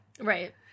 Right